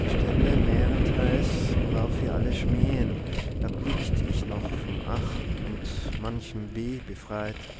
die stände mehrenteils worauf wir alle schmähen erblickt ich noch vom ach und manchem weh befreit